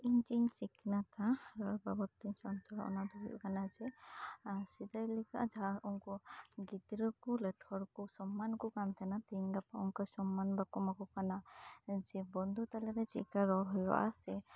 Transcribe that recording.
ᱤᱧ ᱪᱮᱜ ᱤᱧ ᱥᱤᱠᱱᱟᱹᱛᱟ ᱡᱟᱦᱟᱸ ᱞᱮᱠᱟ ᱵᱷᱟᱵᱛᱮ ᱚᱱᱟ ᱫᱚ ᱦᱩᱭᱩᱜ ᱠᱟᱱᱟ ᱡᱮ ᱥᱮᱫᱟᱭ ᱞᱮᱠᱟ ᱡᱟᱦᱟᱸ ᱩᱝᱠᱩ ᱜᱤᱫᱽᱨᱟᱹ ᱠᱚ ᱞᱟᱴᱷᱩ ᱦᱚᱲ ᱠᱚ ᱥᱚᱢᱢᱟᱱ ᱠᱚ ᱠᱟᱱ ᱛᱟᱦᱮᱸᱱᱟ ᱛᱮᱦᱮᱧ ᱜᱟᱯᱟ ᱚᱝᱠᱟ ᱥᱚᱢᱢᱟᱱ ᱵᱟᱠᱚ ᱮᱢᱟ ᱠᱚ ᱠᱟᱱᱟ ᱡᱮ ᱵᱚᱱᱫᱷᱩ ᱛᱟᱞᱟ ᱨᱮ ᱪᱮᱜ ᱠᱟ ᱨᱚᱲ ᱦᱩᱭᱩᱜᱼᱟ ᱥᱮ